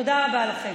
תודה רבה לכם.